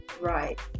right